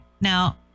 Now